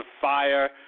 fire